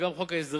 וגם חוק ההסדרים,